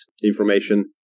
information